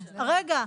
רגע.